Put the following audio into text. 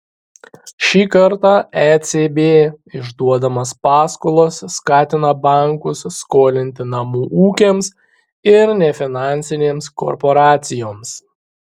šį kartą ecb išduodamas paskolas skatina bankus skolinti namų ūkiams ir nefinansinėms korporacijoms